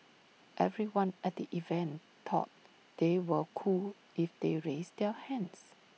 everyone at the event thought they were cool if they raised their hands